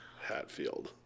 Hatfield